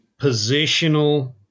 positional